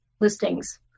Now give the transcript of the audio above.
listings